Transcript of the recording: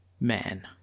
man